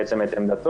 בעצם את עמדתו,